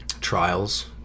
trials